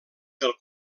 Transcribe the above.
del